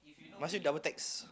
must you double text